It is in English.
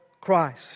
Christ